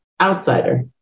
outsider